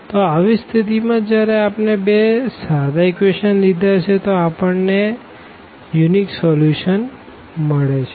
તો આવી સ્થિતિ માં જયારે આપણે બે સાદા ઇક્વેશનો લીધા છે તો આપણને આં અનન્ય સોલ્યુશન મળે છે